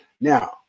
Now